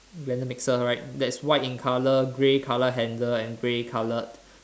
blender mixer right that's white in colour grey colour handle grey coloured